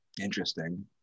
Interesting